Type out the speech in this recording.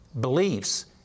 beliefs